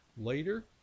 later